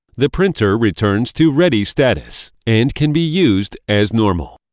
the printer returns to ready status and can be used as normal.